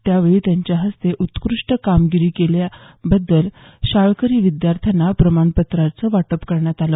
यावेळी त्यांच्या हस्ते उत्कृष्ट कामगिरी केल्या बद्दल शाळकरी विद्यार्थ्यांना प्रमाणपत्राचं वाटप करण्यात आलं